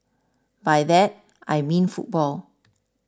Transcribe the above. by that I mean football